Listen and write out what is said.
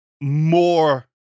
more